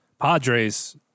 Padres